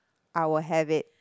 I will have it